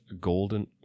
golden